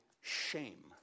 shame